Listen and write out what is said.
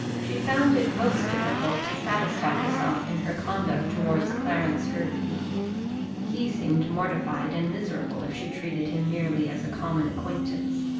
she found it most difficult to satisfy herself in her conduct towards clarence hervey he seemed mortified and miserable if she treated him merely as a common acquaintance,